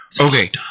Okay